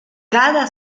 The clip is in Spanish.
cada